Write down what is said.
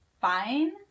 fine